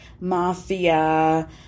mafia